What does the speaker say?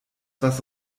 was